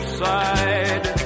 side